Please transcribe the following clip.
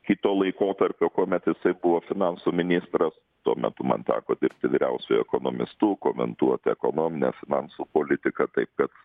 kito laikotarpio kuomet jisai buvo finansų ministras tuo metu man teko dirbti vyriausiuoju ekonomistu komentuoti ekonominę finansų politiką taip kad